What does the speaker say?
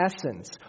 essence